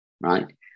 Right